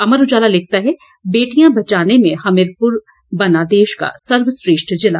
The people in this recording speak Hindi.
अमर उजाला लिखता है बेटियां बचाने में हमीरपुर बना देश का सर्वश्रेष्ठ जिला